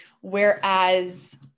Whereas